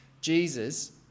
Jesus